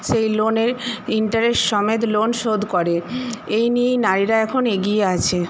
সেই লোনের ইন্টারেস্ট সমেত লোন শোধ করে এই নিয়েই নারীরা এখন এগিয়ে আছে